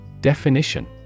Definition